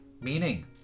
meaning